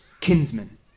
kinsmen